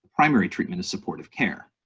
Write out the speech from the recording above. primary treatment is supportive care.